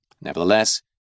Nevertheless